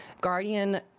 Guardian